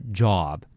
job